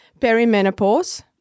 perimenopause